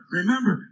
remember